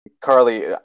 Carly